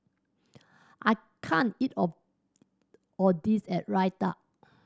I can't eat all of this Raita